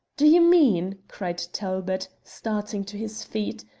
do you mean, cried talbot, starting to his feet,